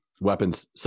weapons